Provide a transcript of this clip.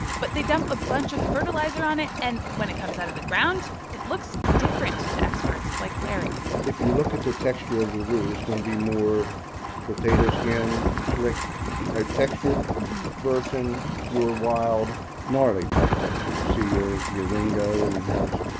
but they dump a bunch of fertilizer on it and, when it comes out of the ground, it looks different to experts like larry if you look at the texture of the root, it's going to be more potato skin, slick type texture versus your wild, gnarly type texture. you see your your ringo and it has.